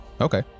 Okay